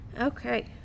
Okay